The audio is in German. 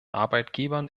arbeitgebern